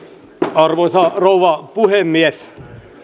arvoisa rouva puhemies